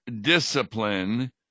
discipline